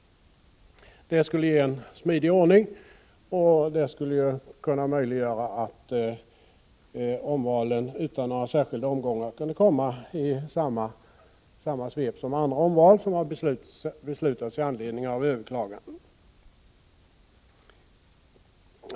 Det skulle ge en smidig ordning, och det skulle möjliggöra att omvalen utan några särskilda omgångar kunde komma i samma svep som andra omval som har beslutats i anledning av överklaganden.